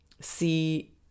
see